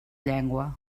llengua